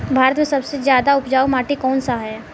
भारत मे सबसे ज्यादा उपजाऊ माटी कउन सा ह?